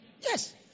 Yes